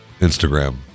Instagram